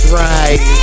right